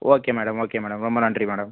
okay madam okay madam ரொம்ப நன்றி madam